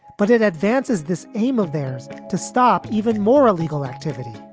but it advances this aim of theirs to stop even more illegal activity.